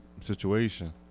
situation